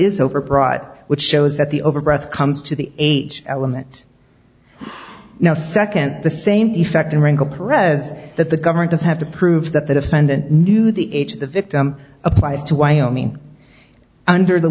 is overbroad which shows that the over breath comes to the age element now second the same effect in wrinkle pres that the government does have to prove that the defendant knew the age of the victim applies to wyoming under the